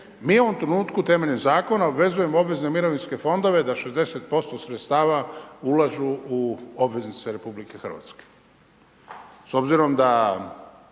mi u ovom trenutku temeljem Zakona obvezujemo obvezne mirovinske fondove da 60% sredstava ulažu u obveznice RH.